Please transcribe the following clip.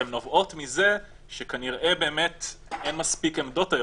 הן נובעות מזה שכנראה אין מספיק עמדות היום.